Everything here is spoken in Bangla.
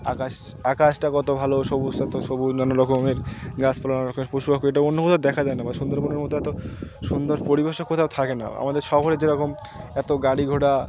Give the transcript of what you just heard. আকাশ আকাশটা কত ভালো সবুজ এত সবুজ নানা রকমের গাছপালা নানা রকমের পশুপাখি এটা অন্য কোথাও দেখা যায় না বা সুন্দরবনে মধ্যে এত সুন্দর পরিবেশের কোথাও থাকে না আমাদের শহরে যে রকম এত গাড়িঘোড়া